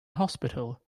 hospital